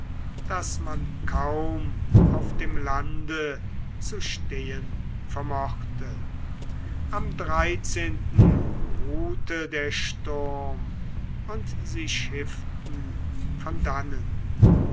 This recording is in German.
daß man kaum auf dem lande zu stehn vermochte am dreizehnten ruhte der sturm und sie schifften von dannen